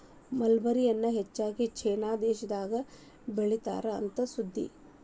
mulberry ಎನ್ನಾ ಹೆಚ್ಚಾಗಿ China ದೇಶದಾಗ ಬೇಳಿತಾರ ಅಂತ ಸುದ್ದಿ